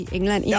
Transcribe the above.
England